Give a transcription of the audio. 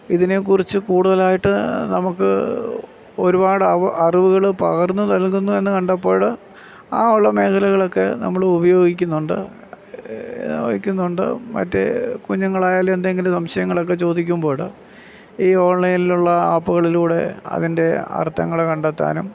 ഇതിനെക്കുറിച്ച് കൂടുതലായിട്ട് നമുക്ക് ഒരുപാട് അറിവുകൾ പകര്ന്നുനല്കുന്നു എന്നുകണ്ടപ്പോഴ് ആ ഉള്ള മേഖലകളൊക്കെ നമ്മൾ ഉപയോഗിക്കുന്നുണ്ട് ഇക്കുന്നുണ്ട് മറ്റ് കുഞ്ഞുങ്ങളായാലും എന്തെങ്കിലും സംശയങ്ങളൊക്കെ ചോദിക്കുമ്പോഴ് ഈ ഓണ്ലൈനിലുള്ള ആപ്പുകളിലൂടെ അതിന്റെ അര്ത്ഥങ്ങൾ കണ്ടെത്താനും